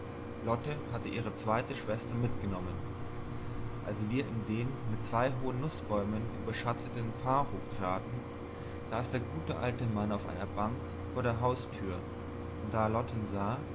lotte hatte ihre zweite schwester mitgenommen als wir in den mit zwei hohen nußbäumen überschatteten pfarrhof traten saß der gute alte mann auf einer bank vor der haustür und da er lotten sah